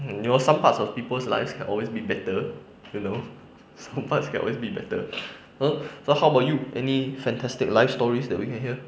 mm it was some parts of people's life can always be better you know some parts can always be better you know so how about you any fantastic life stories that we can hear